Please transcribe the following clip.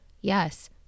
yes